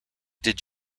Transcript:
did